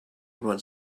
one